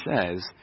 says